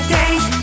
days